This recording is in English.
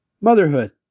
Motherhood